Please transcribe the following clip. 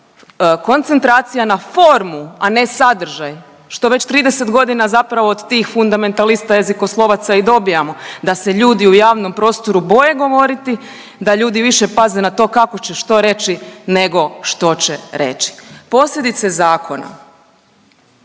koncentracija na formu a ne sadržaj što već 30 godina zapravo od tih fundamentalista, jezikoslovaca i dobijamo, da se ljudi u javnom prostoru boje govoriti, da ljudi više paze na to kako će, što reći nego što će reći. Posljedice zakona